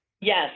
Yes